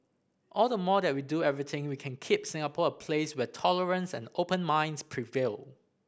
all the more that we do everything we can keep Singapore a place where tolerance and open minds prevail